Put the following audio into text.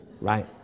right